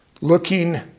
looking